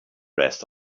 rest